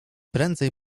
prędzej